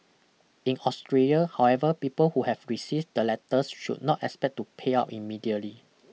in Australia however people who have received the letters should not expect to pay up immediately